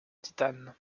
titane